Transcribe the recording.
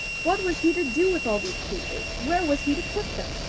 what was he to do with all these creatures, where was he to put them?